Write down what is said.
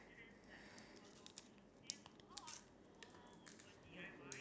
you um put in a warm water